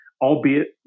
albeit